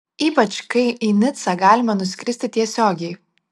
ypač kai į nicą galima nuskristi tiesiogiai